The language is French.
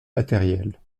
matériels